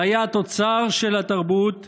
זה היה התוצר של התרבות שבה,